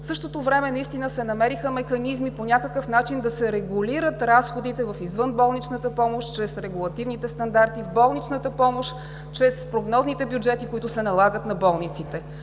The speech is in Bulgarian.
В същото време се намериха механизми по някакъв начин да се регулират в извънболничната помощ чрез регулативните стандартни, в болничната помощ – чрез прогнозните бюджети, които се налагат на болниците.